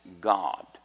God